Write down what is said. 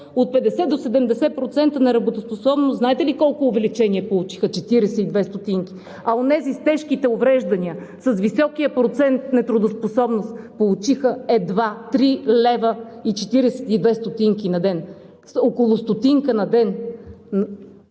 от 50% до 70% неработоспособност, знаете ли какво увеличение получиха? 42 стотинки! А онези с тежките увреждания, с високия процент нетрудоспособност получиха едва 3,42 лв. на ден, с около стотинка на ден!